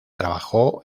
trabajó